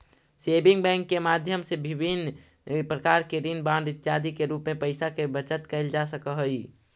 saving bank के माध्यम से विभिन्न प्रकार के ऋण बांड इत्यादि के रूप में पैइसा के बचत कैल जा सकऽ हइ